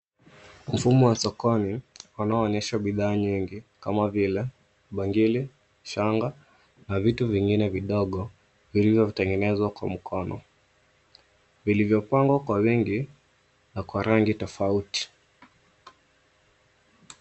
Mfumo wa sokoni unaoonyesha bidhaa nyingi kama vile bangili, shanga na vitu vingine vidogo, vilivyotengenezwa kwa mkono, vilivyopangwa kwa wingi na kwa rangi tofauti.